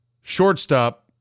shortstop